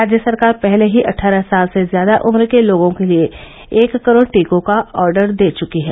राज्य सरकार पहले ही अठारह साल से ज्यादा उम्र के लोगों के लिए एक करोड़ टीकों का ऑर्डर दे चुकी है